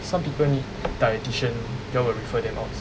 some people need dietitian you all will refer them out also